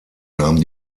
nahm